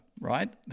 right